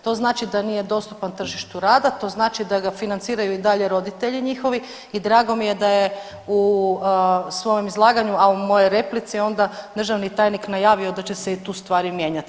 To znači da nije dostupan tržištu rada, to znači da ga financiranju i dalje roditelji njihovi i drago mi je da je u svojem izlaganju, a u mojoj replici onda državni tajnik najavio da će se i tu stvari mijenjati.